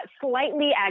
slightly